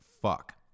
Fuck